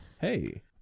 hey